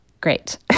great